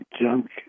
Junk